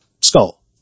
skull